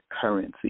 currency